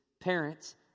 parents